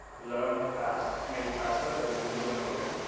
learn fast, maybe faster than you would on your own.